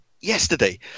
Yesterday